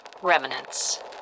Remnants